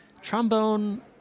Trombone